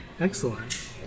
Excellent